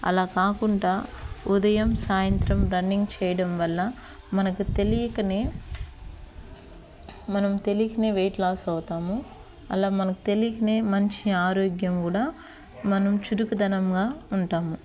అలా కాకుండా ఉదయం సాయంత్రం రన్నింగ్ చేయడం వల్ల మనకు తెలియకనే మనం తెలియకనే వెయిట్ లాస్ అవుతాము అలా మనకు తెలియకనే మంచి ఆరోగ్యం కూడా మనం చురుకుదనంగా ఉంటాము